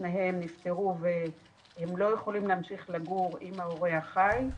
שניהם נפטרו והם לא יכולים להמשיך לגור עם ההורה החי.